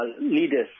leaders